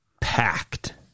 packed